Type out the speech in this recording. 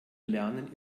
lernen